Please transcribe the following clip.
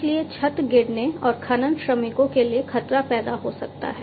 इसलिए छत गिरने और खनन श्रमिकों के लिए खतरा पैदा हो सकता है